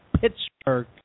Pittsburgh